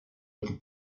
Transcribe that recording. этот